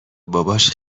باباش